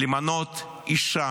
למנות אישה,